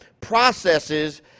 processes